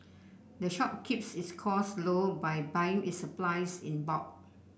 the shop keeps its costs low by buying its supplies in bulk